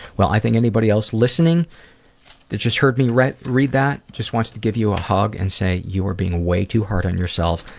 well i think that anybody else listening that just heard me read read that, just wants to give you a hug and say you are being way too hard on yourself.